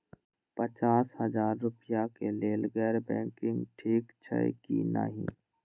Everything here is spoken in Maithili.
पचास हजार रुपए के लेल गैर बैंकिंग ठिक छै कि नहिं?